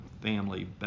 family